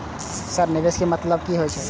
Sir निवेश के मतलब की हे छे?